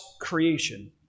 creation